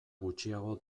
gutxiago